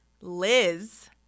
Liz